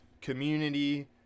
community